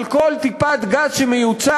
על כל טיפת גז שמיוצא,